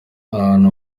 ahantu